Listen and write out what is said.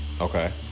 Okay